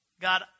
God